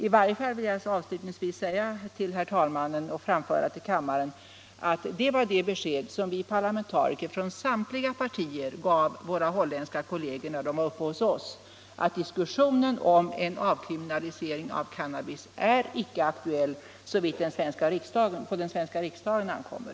I varje fall vill jag avslutningsvis säga till herr talmannen och till kammaren att det var det besked som vi parlamentariker från samtliga partier gav våra holländska kolleger när de var uppe hos oss, att diskussionen om en avkriminalisering av cannabis är icke aktuell såvitt på den svenska riksdagen ankommer.